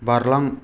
बारलां